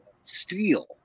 steel